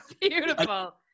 beautiful